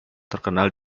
terkenal